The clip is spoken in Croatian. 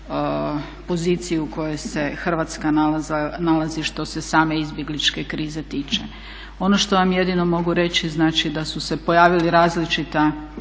poziciji u kojoj se Hrvatska nalazi što se same izbjegličke krize tiče. Ono što vam jedino mogu reći znači da su se pojavila različita